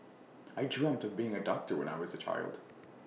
I dreamt of becoming A doctor when I was A child